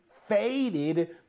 faded